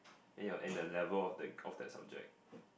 and your and level of that of that subject